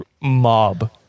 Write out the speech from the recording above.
mob